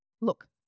look